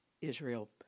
Israel